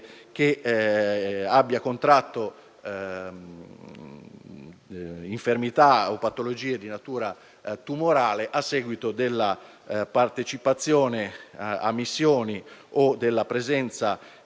che abbia contratto infermità o patologie di natura tumorale a seguito della partecipazione a missioni o alla presenza